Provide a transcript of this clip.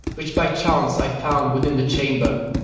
which by chance i found within the chamber.